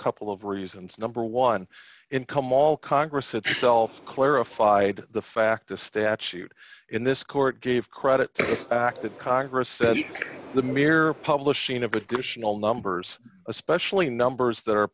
couple of reasons number one income all congress itself clarified the fact a statute in this court gave credit act that congress said the mere publishing of additional numbers especially numbers that are